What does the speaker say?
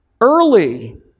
early